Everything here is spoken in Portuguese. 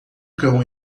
cão